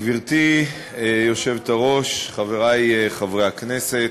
גברתי היושבת-ראש, חברי חברי הכנסת,